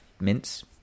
mince